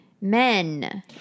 men